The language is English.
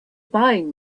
buying